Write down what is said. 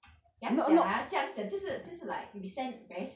怎样讲 ah 这样讲就是就是 like resent is very